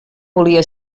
volia